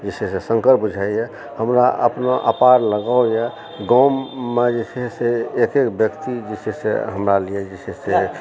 जे छै से शंकर बुझाइए हमरा अपना अपार लगाव यऽ गाममे जे छै से एक एक व्यक्ति जे छै से हमरा लिए जे छै से